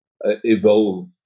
evolve